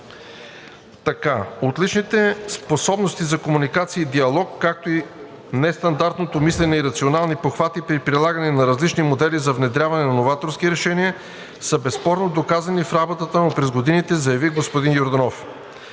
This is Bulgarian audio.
Отличните способности за комуникация и диалог, както и нестандартното мислене и рационални похвати при прилагане на различни модели за внедряване на новаторски решения са безспорно доказани в работата му през годините, заяви господин Йорданов.